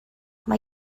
mae